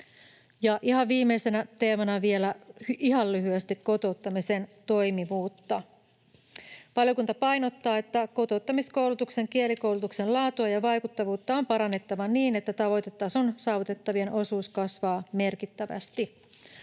ihan viimeisenä teemana vielä ihan lyhyesti kotouttamisen toimivuutta: Valiokunta painottaa, että kotouttamiskoulutuksen kielikoulutuksen laatua ja vaikuttavuutta on parannettava niin, että tavoitetason saavuttavien osuus kasvaa merkittävästi.